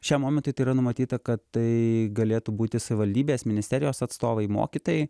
šiam momentui tai yra numatyta kad tai galėtų būti savivaldybės ministerijos atstovai mokytojai